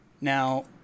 Now